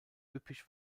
üppig